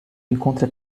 encontra